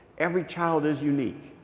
every child is unique.